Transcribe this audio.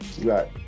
right